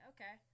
Okay